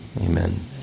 Amen